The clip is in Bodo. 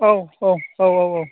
औ अ औ औ औ